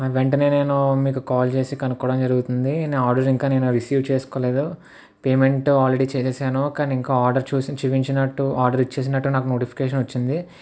వెంటనే నేను మీకు కాల్ చేసి కనుక్కోవడం జరుగుతుంది నేను ఆర్డర్ ఇంకా నేను రిసీవ్ చేసుకోలేదు పేమెంట్ ఆల్రెడీ చేసేసాను కానీ ఇంకా ఆర్డర్ చూసి చూపించినట్టు ఆర్డర్ ఇచ్చేసినట్టు నాకు నోటిఫికేషన్ వచ్చింది